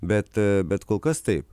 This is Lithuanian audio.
bet bet kol kas taip